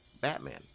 Batman